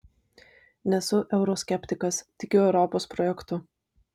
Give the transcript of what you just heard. nesu euroskeptikas tikiu europos projektu